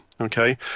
okay